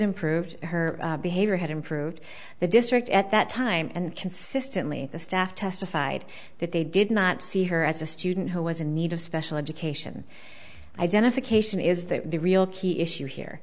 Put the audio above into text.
improved her behavior had improved the district at that time and consistently the staff testified that they did not see her as a student who was in need of special education identification is that the real key issue here